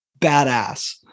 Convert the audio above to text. badass